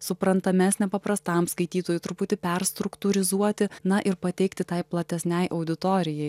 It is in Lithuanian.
suprantamesnę paprastam skaitytojui truputį perstruktūrizuoti na ir pateikti tai platesnei auditorijai